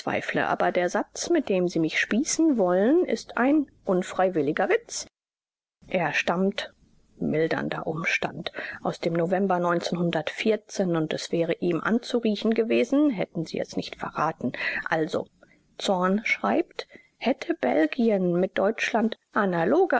aber der satz mit dem sie mich spießen wollen ist ein unfreiwilliger witz er stammt mildernder umstand aus dem november und es wäre ihm anzuriechen gewesen hätten sie es nicht verraten also zorn schreibt hätte belgien mit deutschland analoge